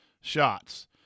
shots